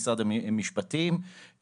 משרד המשפטים.